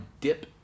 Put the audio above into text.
dip